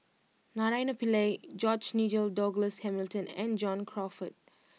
Naraina Pillai George Nigel Douglas Hamilton and John Crawfurd